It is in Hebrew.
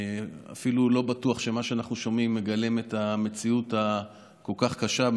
אפילו לא בטוח שמה שאנחנו שומעים מגלם את המציאות הכל-כך קשה.